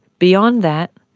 beyond that,